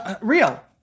real